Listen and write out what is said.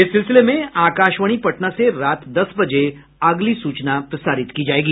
इस सिलसिले में आकाशवाणी पटना से रात दस बजे अगली सूचना प्रसारित की जायेगी